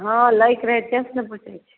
हँ लैके रहै तेँ से ने पुछै छिए